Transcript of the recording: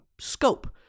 scope